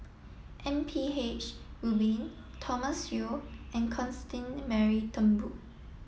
M P H Rubin Thomas Yeo and Constance Mary Turnbull